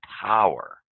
power